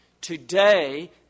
Today